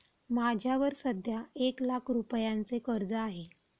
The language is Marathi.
माझ्यावर सध्या एक लाख रुपयांचे कर्ज आहे